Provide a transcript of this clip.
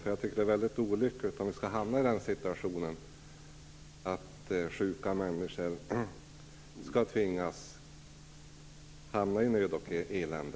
Jag tycker att det är väldigt olyckligt om sjuka människor skall tvingas hamna i nöd och elände.